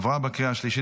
עברה בקריאה השלישית,